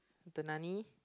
the nani